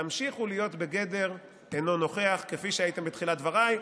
תמשיכו להיות בגדר "אינו נוכח" כפי שהייתם בתחילת דבריי.